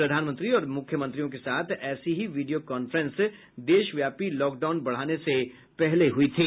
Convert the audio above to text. प्रधानमंत्री और मुख्यमंत्रियों के साथ ऐसी ही वीडियो कांफ्रेंस देशव्यापी लॉकडाउन बढाने से पहले हुई थी